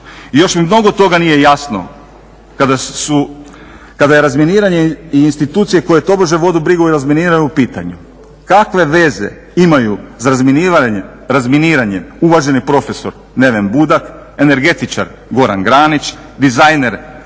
I još mi mnogo toga nije jasno. Kada je razminiranje i institucije koje tobože vode brigu o razminiranju pitaju kakve veze imaju za razminiranje uvaženi profesor Neven Budak, energetičar Goran Granić, dizajner Davor